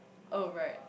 oh right